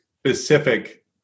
specific